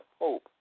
hope